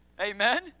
Amen